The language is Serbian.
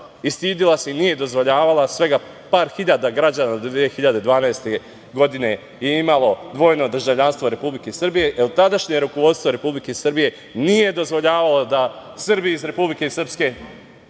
stidela se i nije dozvoljavala… Svega par hiljada građana do 2012. godine je imalo dvojno državljanstvo Republike Srbije, jer tadašnje rukovodstvo Republike Srbije nije dozvoljavalo da Srbi iz Republike Srpske,